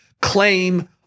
Claim